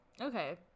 Okay